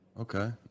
Okay